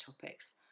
topics